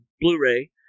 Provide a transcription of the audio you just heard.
Blu-ray